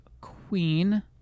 Queen